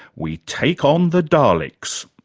we take on the daleks,